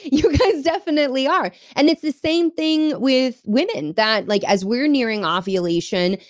you guys definitely are. and it's the same thing with women, that, like as we're nearing ah ovulation,